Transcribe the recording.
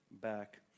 back